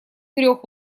трех